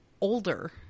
older